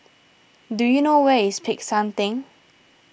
do you know where is Peck San theng